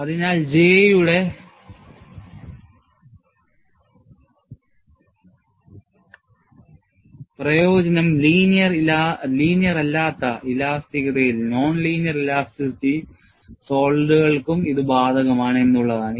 അതിനാൽ J യുടെ പ്രയോജനം ലീനിയർ അല്ലാത്ത ഇലാസ്റ്റിക് സോളിഡുകൾക്കും ഇത് ബാധകമാണ് എന്നുള്ളതാണ്